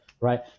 right